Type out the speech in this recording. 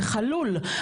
זה חלול,